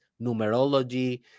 numerology